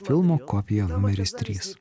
filmo kopija numeris trys